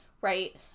right